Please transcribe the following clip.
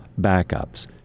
backups